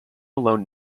alone